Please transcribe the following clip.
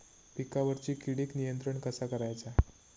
पिकावरची किडीक नियंत्रण कसा करायचा?